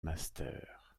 master